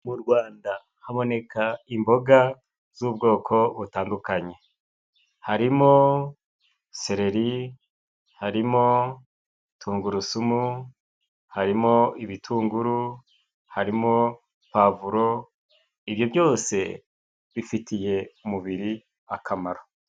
Mu Rwanda haboneka imboga z'ubwoko butandukanye. Harimo: sereri, harimo tungurusumu, harimo ibitunguru, harimo pavuro, ibyo byose bifitiye umubiri akamaro.